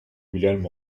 wilhelm